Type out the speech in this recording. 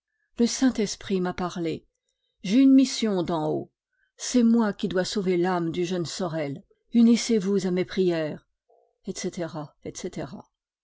le saint-esprit m'a parlé j'ai une mission d'en haut c'est moi qui dois sauver l'âme du jeune sorel unissez vous à mes prières etc etc